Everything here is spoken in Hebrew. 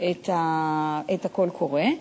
את הקול הקורא.